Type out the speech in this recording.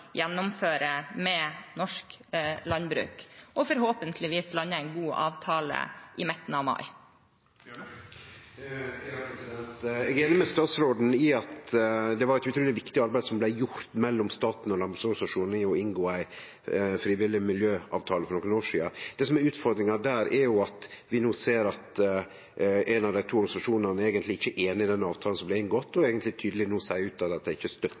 gjennomføre med norsk landbruk – og forhåpentligvis lande en god avtale i midten av mai. Eg er einig med statsråden i at det var eit utruleg viktig arbeid som blei gjort mellom staten og landbruksorganisasjonane i å inngå ei frivillig miljøavtale for nokre år sidan. Det som er utfordringa der, er at vi no ser at ein av dei to organisasjonane eigentleg ikkje er einig i den avtalen som blei inngått, og no tydeleg seier